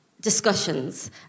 discussions